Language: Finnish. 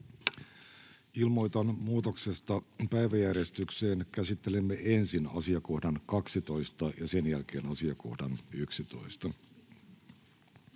Ilmoitan muutoksesta päiväjärjestykseen: käsittelemme ensin asiakohdan 12 ja sen jälkeen asiakohdan 11.